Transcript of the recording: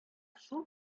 шул